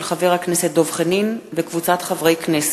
של חבר הכנסת דב חנין וקבוצת חברי הכנסת,